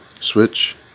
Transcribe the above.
Switch